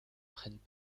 prennent